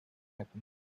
happen